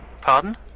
Pardon